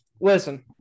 Listen